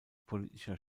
politischer